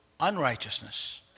unrighteousness